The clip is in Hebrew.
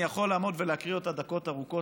אני יכול לעמוד ולהקריא אותה דקות ארוכות,